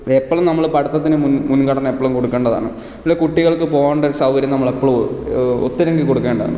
എപ്പോഴും നമ്മൾ പഠിത്തത്തിന് മുൻഗണന എപ്പോഴും കൊടുക്കേണ്ടതാണ് പിന്നെ കുട്ടികൾക്കു പോകേണ്ട സൗകര്യം നമ്മൾ എപ്പോഴും ഒത്തൊരുക്കി കൊടുക്കേണ്ടതാണ്